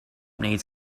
needs